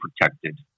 protected